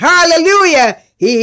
Hallelujah